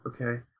okay